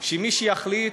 שמי שיחליט,